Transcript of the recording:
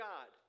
God